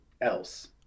else